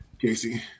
Casey